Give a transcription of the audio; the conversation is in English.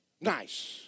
nice